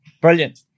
Brilliant